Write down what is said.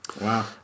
Wow